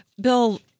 Bill